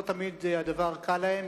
לא תמיד הדבר קל להם,